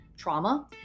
Trauma